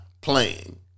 playing